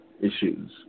issues